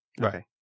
Right